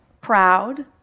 proud